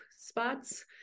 spots